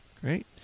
great